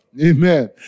Amen